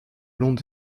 long